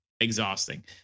exhausting